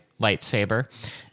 lightsaber